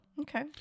Okay